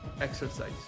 Exercise